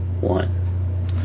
One